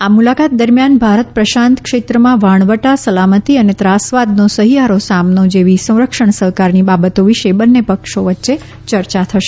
આ મુલાકાત દરમિયાન ભારત પ્રશાંત ક્ષત્રમાં વહાણવટા સલામતી અને ત્રાસવાદનો સહિયારો સામનો જેવી સંરક્ષણ સહકારની બાબતો વિશે બંન્ને પક્ષો વચ્ચે ચર્ચા મંત્રણા થશે